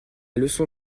leçon